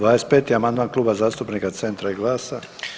25. amandman Kluba zastupnika Centra i GLAS-a.